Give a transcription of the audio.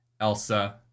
Elsa